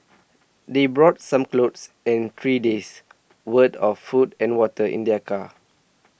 they brought some clothes and three days' worth of food and water in their car